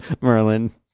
Merlin